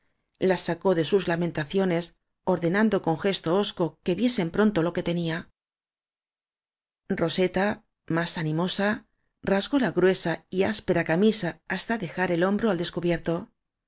las sacó de sus lamentaciones ordenando con gesto hosco que viesen pronto lo que tenía roseta más animosa rasgó la gruesa y ás pera camisa hasta dejar el hombro al descubier